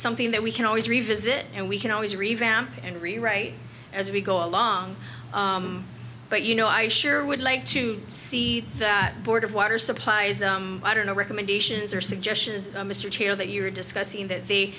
something that we can always revisit and we can always revamp and rewrite as we go along but you know i sure would like to see that board of water supplies i don't know recommendations are suggestions mr chair that you were discussing that the